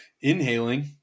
inhaling